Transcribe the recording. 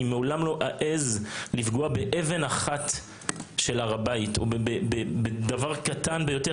אני מעולם לא אעז לפגוע באבן אחת או בדבר קטן ביותר